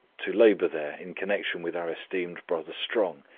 to labour there in connexion with our esteemed brother strong,